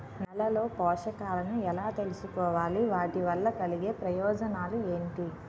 నేలలో పోషకాలను ఎలా తెలుసుకోవాలి? వాటి వల్ల కలిగే ప్రయోజనాలు ఏంటి?